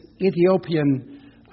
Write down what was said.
Ethiopian